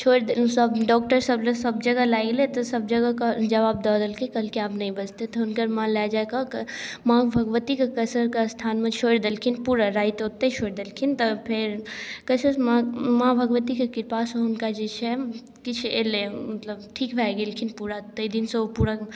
छोड़ि सब डॉक्टर सब लग सब जगह लए गेलै तऽ सब जगह जवाब दऽ देलकै कहलकै आब नहि बचतथि हुनकर माँ लऽ जा कऽ माँ भगवतीके कसरके स्थानमे छोड़ि देलखिन पूरा राति ओतै छोड़ि देलखिन तऽ फेर कसर माँ माँ भगवतीके कृपासँ हुनका जे छै किछु एलै मतलब ठीक भए गेलखिन पूरा तै दिनसँ ओ पूरा